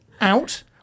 out